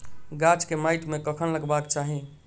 गाछ केँ माइट मे कखन लगबाक चाहि?